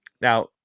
Now